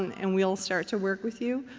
and we'll start to work with you.